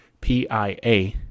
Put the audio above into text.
PIA